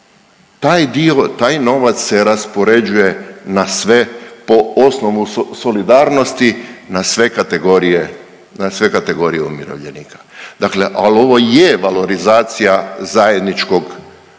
taj novac se raspoređuje na sve po osnovu solidarnosti na sve kategorije umirovljenika. Dakle, ali ovo je valorizacija zajedničkog